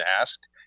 asked